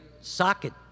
socket